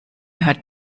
hört